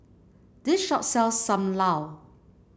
this shop sells Sam Lau